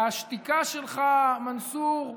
והשתיקה שלך, מנסור,